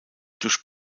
durch